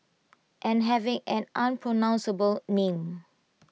and having an unpronounceable name